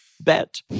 Bet